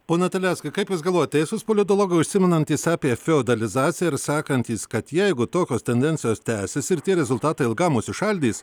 pone terleckai kaip jūs galvojat teisūs politologai užsimenantys apie feodalizaciją ir sakantys kad jeigu tokios tendencijos tęsis ir tie rezultatai ilgam užsišaldys